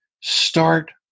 start